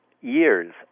years